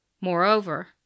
Moreover